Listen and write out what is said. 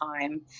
time